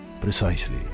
Precisely